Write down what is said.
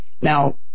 Now